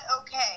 okay